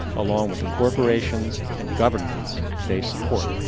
along with the corporations and governments they support.